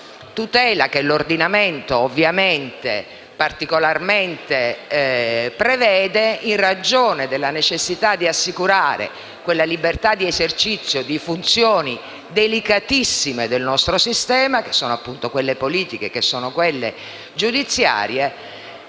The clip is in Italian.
Tutela che l'ordinamento ovviamente prevede in ragione della necessità di assicurare quella libertà di esercizio di funzioni delicatissime del nostro sistema, che sono quelle politiche e giudiziarie,